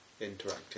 interactive